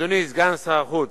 אדוני סגן שר החוץ,